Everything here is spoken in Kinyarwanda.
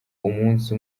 umunsi